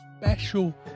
special